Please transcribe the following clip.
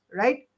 right